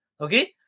okay